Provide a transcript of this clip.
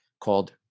called